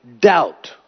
doubt